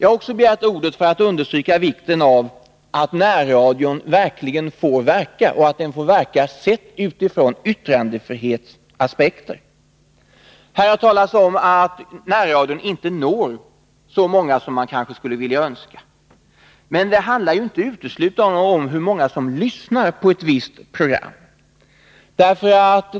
Här har talats om att närradion inte når så många som man kanske skulle Nr 162 önska. Men det handlar inte uteslutande om hur många som lyssnar på ett Onsdagen den visst program.